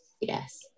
yes